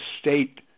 state